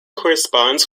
corresponds